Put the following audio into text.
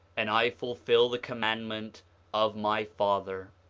and i fulfil the commandment of my father.